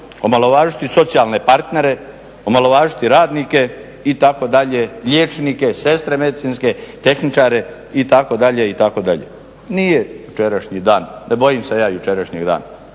omalovažiti socijalne partnere, omalovažiti radnike, itd., liječnike, sestre medicinske, tehničare, itd., itd. Nije jučerašnji dan, ne bojim se ja jučerašnjeg dana